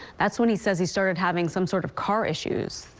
that's when he says he started having some sort of car issue.